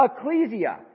Ecclesia